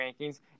rankings